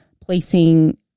placing